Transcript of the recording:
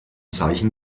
zeichen